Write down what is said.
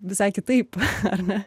visai kitaip ar ne